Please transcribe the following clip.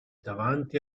davanti